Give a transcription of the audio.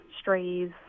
strays